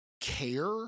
care